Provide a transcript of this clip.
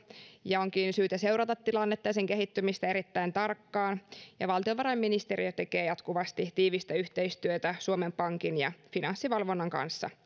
ja onkin syytä seurata tilannetta ja sen kehittymistä erittäin tarkkaan valtiovarainministeriö tekee jatkuvasti tiivistä yhteistyötä suomen pankin ja finanssivalvonnan kanssa